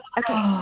okay